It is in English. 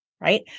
Right